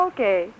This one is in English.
Okay